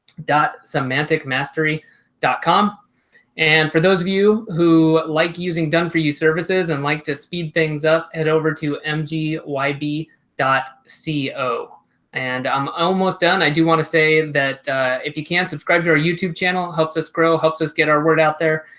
dot semantic mastery dot com and for those of you who liked using done for you services and like to speed things up and over to mg y b dot ceo, and i'm almost done, i do want to say that if you can subscribe to our youtube channel helps us grow helps us get our word out there.